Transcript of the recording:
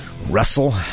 Russell